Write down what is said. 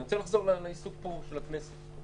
אני רוצה לחזור לעיסוק פה, של הכנסת.